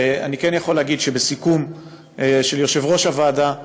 ואני כן יכול להגיד שבסיכום של יושב-ראש הוועדה,